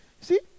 See